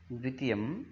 द्वितीयम्